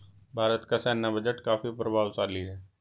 भारत का सैन्य बजट काफी प्रभावशाली है